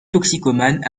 toxicomane